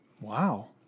Wow